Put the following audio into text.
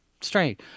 strange